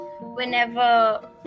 whenever